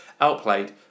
Outplayed